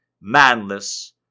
manless